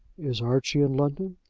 is archie in london?